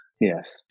yes